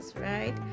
right